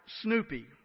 Snoopy